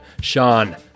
Sean